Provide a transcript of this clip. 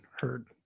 heard